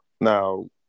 Now